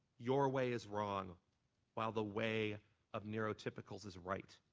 your way is wrong while the way of neurotypicals is right.